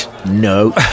no